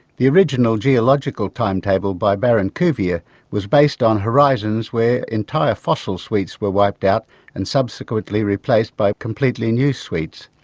the original geological timetable by baron cuvier was based on horizons where entire fossil suites were wiped out and subsequently replaced by completely new suites,